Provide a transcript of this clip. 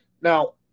Now